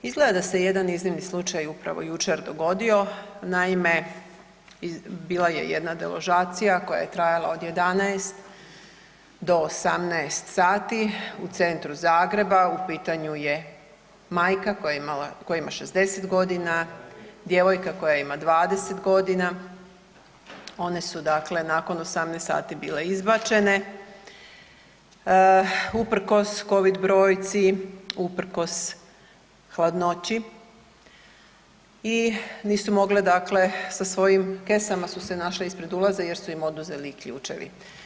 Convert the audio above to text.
Izgleda se jedan iznimni slučaj upravo jučer dogodio, naime bila je jedna deložacija koja je trajala od 11 do 18 sati, u centru Zagreba, u pitanju je majka koja ima 60 g., djevojka koja ima 20 g., one su dakle nakon 18 sati bile izbačene usprkos COVID brojci, usprkos hladnoći i nisu mogle dakle sa svojim kesama su se našle ispred ulaza jer su im oduzeli i ključevi.